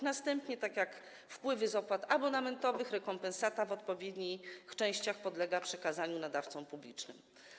Następnie, tak jak wpływy z opłat abonamentowych, rekompensata w odpowiednich częściach podlegała przekazaniu nadawcom publicznym.